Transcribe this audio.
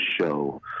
show